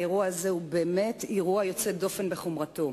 האירוע הזה הוא באמת אירוע יוצא דופן בחומרתו,